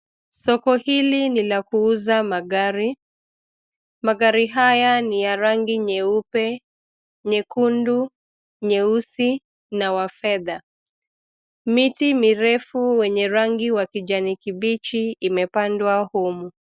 Soko hili ni la kuuza magari. Magari haya ni ya rangi nyeupe, nyekundu ,nyeusi na wa fedha. Miti mirefu wenye rangi wa kijani kibichi imepandwa humu.